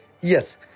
Yes